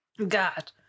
God